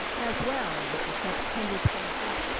as well as the september twenty five,